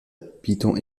python